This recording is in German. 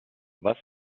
was